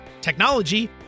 technology